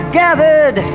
gathered